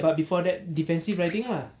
but before that defensive riding lah